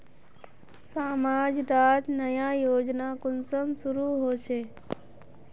समाज डात नया योजना कुंसम शुरू होछै?